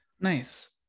Nice